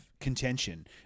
contention